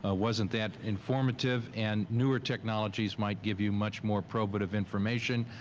ah wasn't that informative and newer technologies might give you much more probative information.